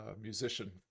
musician